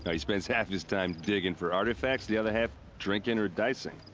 he spends half his time digging for artifacts, the other half. drinking or dicing.